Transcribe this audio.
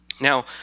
Now